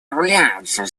является